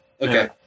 Okay